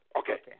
okay